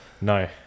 no